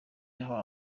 yahawe